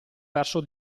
verso